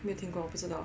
没听过我不知道